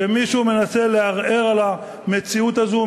שמישהו מנסה לערער על המציאות הזו,